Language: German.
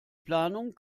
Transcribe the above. planung